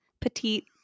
petite